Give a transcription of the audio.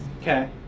Okay